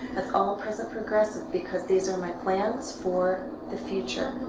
it's all present progressive because these are my plans for the future.